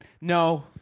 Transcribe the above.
No